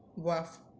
vase